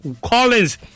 Collins